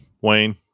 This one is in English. Wayne